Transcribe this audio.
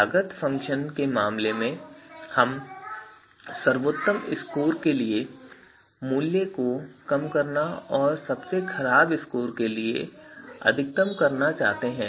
लागत फ़ंक्शन के मामले में हम सर्वोत्तम स्कोर के लिए मूल्य को कम करना और सबसे खराब मूल्य के लिए अधिकतम करना चाहते हैं